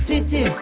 City